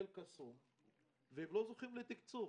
והם לא זוכים לתקצוב.